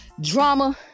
drama